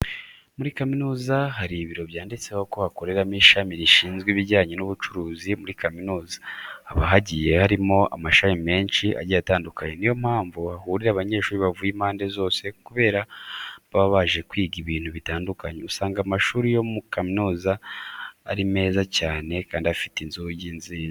Muri kaminuza harimo ibiro byanditseho ko hakoreramo ishami rishinzwe ibijyanye n'ubucuruzi. Muri kaminuza haba hagiye harimo amashami menshi agiye atandukanye, ni yo mpamvu hahurira abanyeshuri bavuye impande zose kubera baba baje kwiga ibintu bitandukanye. Usanga amashuri yo muri kaminuza ari meza cyane kandi afite inzugi nziza.